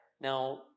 Now